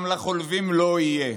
גם לחולבים לא יהיה.